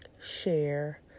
share